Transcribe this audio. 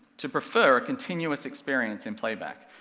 to proffer a continuous experience in playback.